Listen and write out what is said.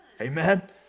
Amen